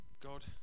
God